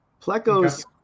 Plecos